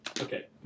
okay